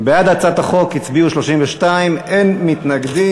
בעד הצעת החוק הצביעו 32, אין מתנגדים.